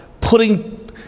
putting